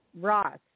Ross